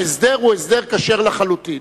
ההסדר כשר לחלוטין.